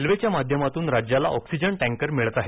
रेल्वेच्या माध्यमातून राज्याला ऑक्सिजन टँकर मिळत आहेत